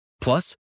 Plus